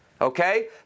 okay